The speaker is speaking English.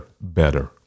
better